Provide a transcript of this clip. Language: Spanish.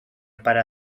para